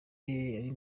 ari